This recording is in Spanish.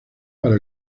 para